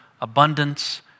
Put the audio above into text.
abundance